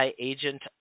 agent